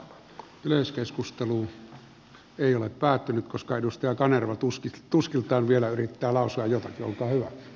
yleiskeskustelu ei ole päättynyt koska edustaja kanerva tuskiltaan vielä yrittää lausua jotakin olkaa hyvä